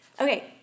Okay